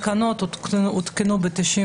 התקנות הותקנו ב-98'.